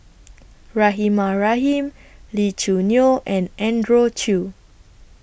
Rahimah Rahim Lee Choo Neo and Andrew Chew